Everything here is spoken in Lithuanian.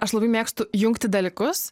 aš labai mėgstu jungti dalykus